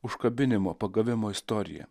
užkabinimo pagavimo istorija